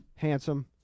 handsome